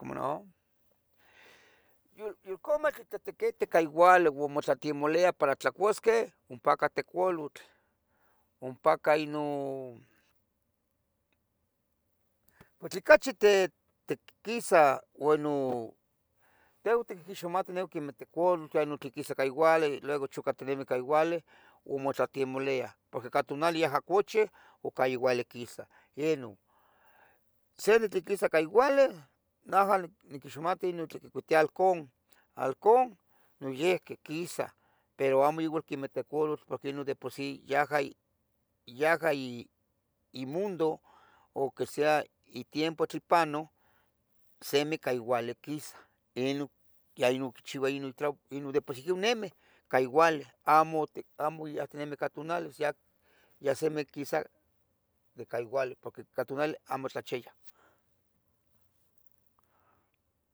Yu, yulcameh tle tetiquitih ca youali ua motlatemoliah ua para tlacuasqueh ompa teculotl, ompaca ino, tle cachi te, te quisah, ueno, tehua tiquixmatih quemeh teculotl, tlenoh quisah cah youali, luego chucatinimi ca youali o motlstemolih, porque ca tunali yaha cuchih ua cah youali quisah ino, se tle tiquisa cah youali, naha niquixmati non tle quicuitiah halcón, halcón niyihqui quisah, pero amo igual quemeh teculotl porque non de por si yaha, yaha imundo, o que sea itiempo tle pano, se necah youali quisah, ino ya icchiua ino tl de por si nemeh cah youali amo yahtinemi ca youali yah semeh quisa ca youali porque ica tunali amo tlachiah.